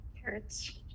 Carrots